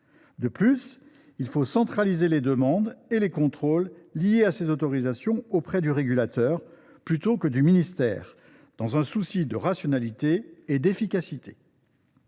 De plus, il faut centraliser les demandes et les contrôles liés à ces autorisations auprès du régulateur plutôt que du ministère, et ce dans un souci de rationalité et d’efficacité.